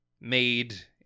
made